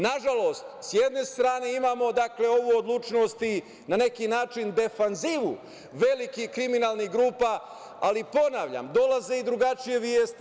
Nažalost, s jedne strane imamo ovu odlučnost i na neki način defanzivu velikih kriminalnih grupa, ali, ponavljam, dolaze i drugačije vesti.